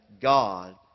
God